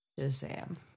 Shazam